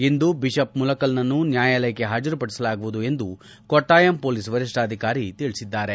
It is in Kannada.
ಇಂದು ಬಿಷಪ್ ಮುಲಕ್ಷಲ್ನನ್ನು ನ್ಯಾಯಾಲಯಕ್ಕೆ ಹಾಜರುಪಡಿಸಲಾಗುವುದು ಎಂದು ಕೊಟ್ಟಾಯಂ ಪೊಲೀಸ್ ವರಿಷ್ಣಾಧಿಕಾರಿ ತಿಳಿಸಿದ್ದಾರೆ